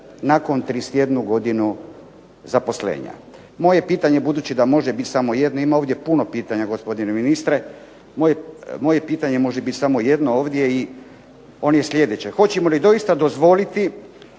nakon 31 godinu zaposlenja. Moje je pitanje, budući da može biti samo jedno, ima ovdje puno pitanja gospodine ministre, moje pitanje može biti samo jedno ovdje i ono je slijedeće: hoćemo li doista dozvoliti